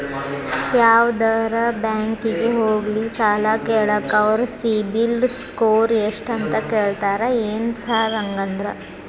ಯಾವದರಾ ಬ್ಯಾಂಕಿಗೆ ಹೋಗ್ಲಿ ಸಾಲ ಕೇಳಾಕ ಅವ್ರ್ ಸಿಬಿಲ್ ಸ್ಕೋರ್ ಎಷ್ಟ ಅಂತಾ ಕೇಳ್ತಾರ ಏನ್ ಸಾರ್ ಹಂಗಂದ್ರ?